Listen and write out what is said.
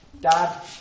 Dad